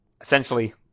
Essentially